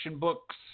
books